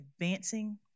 advancing